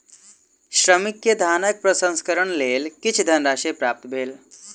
श्रमिक के धानक प्रसंस्करणक लेल किछ धनराशि प्राप्त भेल